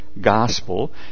gospel